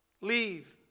Leave